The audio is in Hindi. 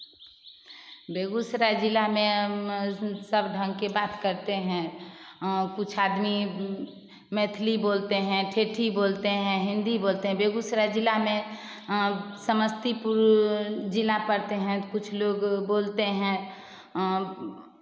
बेगूसराय जिला में सब ढंग के बात करते हैं कुछ आदमी मैथिली बोलते हैं ठेठी बोलते हैं हिन्दी बोलते हैं बेगूसराय जिला में समस्तीपुर जिला पड़ते हैं तो कुछ लोग बोलते हैं